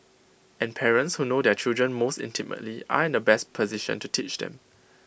and parents who know their children most intimately are in the best position to teach them